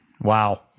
Wow